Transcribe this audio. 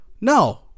no